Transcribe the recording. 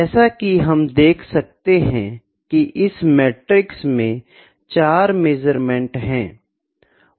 जैसा की हम देख सकते है की इस मैट्रिक्स में 4 मेज़रमेंट है